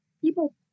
people